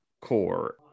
core